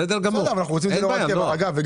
בסדר גמור, אבל, נועה,